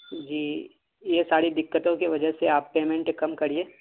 جی یہ ساری دقتوں کی وجہ سے آپ پیمینٹ کم کریے